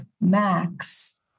Max